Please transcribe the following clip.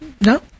no